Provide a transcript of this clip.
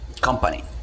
company